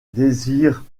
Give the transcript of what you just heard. désire